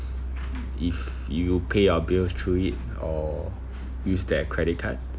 if you pay your bills through it or use their credit card